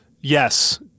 yes